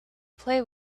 play